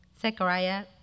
Zechariah